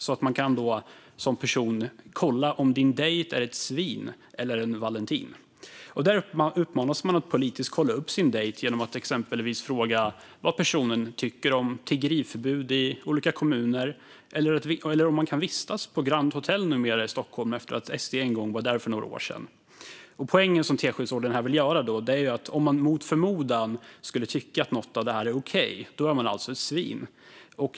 Där skriver man: Kolla om din dejt är ett svin eller en valentin. Där uppmanas man att politiskt kolla upp sin dejt genom att exempelvis fråga vad personen tycker om tiggeriförbud i olika kommuner eller om man kan vistas på Grand Hotel i Stockholm numera efter att SD en gång var där för några år sedan. Poängen från Teskedsorden här är att om man mot förmodan skulle tycka att något av detta är okej är man alltså ett svin.